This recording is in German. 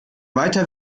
weiter